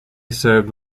served